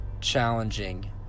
challenging